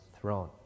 throne